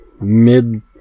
mid